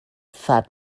fat